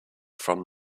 from